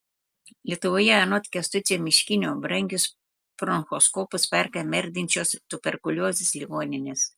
lietuvoje anot kęstučio miškinio brangius bronchoskopus perka merdinčios tuberkuliozės ligoninės